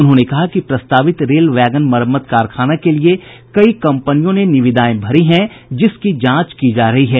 उन्होंने कहा कि प्रस्तावित रेल वैगन मरम्मत कारखाना के लिए कई कंपनियों ने निविदाएं भरी हैं जिसकी जांच की जा रही है